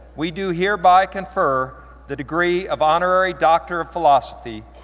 we do hereby confer the degree of honorary doctor of philosophy,